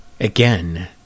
Again